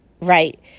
right